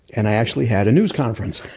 and i actually had a news conference!